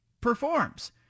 performs